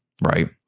right